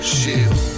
shield